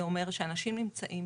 זה אומר שאנשים נמצאים